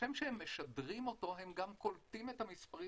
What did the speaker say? וכשם שהם משדרים אותו הם גם קולטים את המספרים